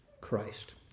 Christ